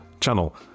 channel